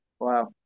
Wow